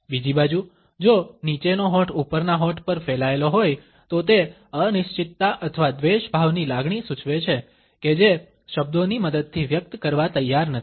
બીજી બાજુ જો નીચેનો હોઠ ઉપરના હોઠ પર ફેલાયેલો હોય તો તે અનિશ્ચિતતા અથવા દ્વેષભાવની લાગણી સૂચવે છે કે જે શબ્દોની મદદથી વ્યક્ત કરવા તૈયાર નથી